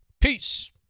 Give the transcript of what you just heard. Peace